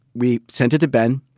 we sent it to ben,